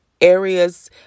areas